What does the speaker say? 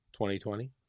2020